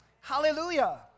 Hallelujah